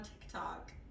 TikTok